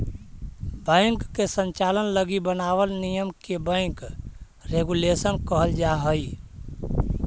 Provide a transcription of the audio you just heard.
bank के संचालन लगी बनावल नियम के बैंक रेगुलेशन कहल जा हइ